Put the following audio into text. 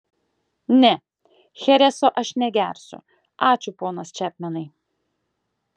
ne chereso aš negersiu ačiū ponas čepmenai